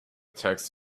text